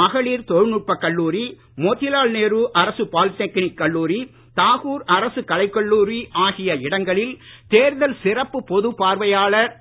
மகளிர் தொழில்நுட்பக் கல்லூரி மோத்திலால் நேரு அரசு பாலிடெக்னிக் கல்லூரி தாகூர் அரசுக் கலைக் கல்லூரி ஆகிய இடங்களில் தேர்தல் சிறப்பு பொது பார்வையாளர் திரு